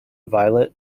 violet